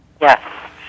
Yes